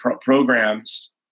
programs